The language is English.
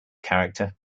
character